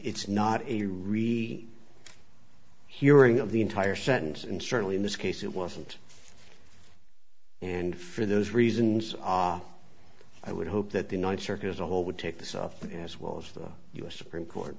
it's not a read hearing of the entire sentence and certainly in this case it wasn't and for those reasons are i would hope that the ninth circuit as a whole would take this off as well as the u s supreme court